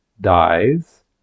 dies